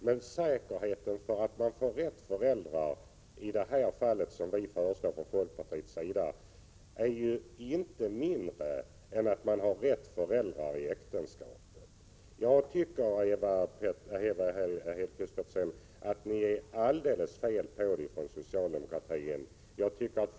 Men säkerheten att få de riktiga föräldrarna blir enligt folkpartiets förslag inte mindre än när det gäller föräldrar inom äktenskapet. Jag tycker, Ewa Hedkvist Petersen, att ni från socialdemokratin har alldeles fel.